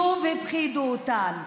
שוב הפחידו אותן.